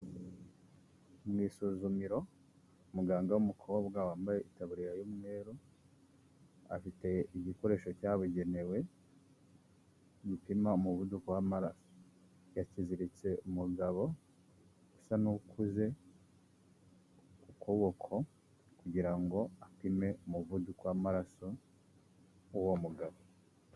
Mu isuzumiro muganga w'umukobwa wambaye itaburiya y'umweru, afite igikoresho cyabugenewe gipima umuvuduko w'amaraso, yakiziritse umugabo usa n'ukuze ku kuboko kugira ngo apime umuvuduko w'amaraso w'uwo mugabo.